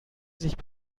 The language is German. sich